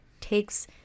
takes